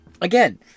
Again